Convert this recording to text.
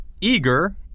eager